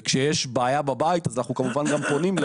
כשיש בעיה בבית אז כמובן שאנחנו פונים,